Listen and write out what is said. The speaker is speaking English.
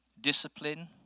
discipline